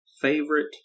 favorite